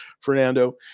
Fernando